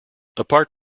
apart